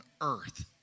earth